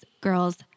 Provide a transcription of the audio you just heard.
girls